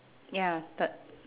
ya third